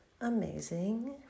amazing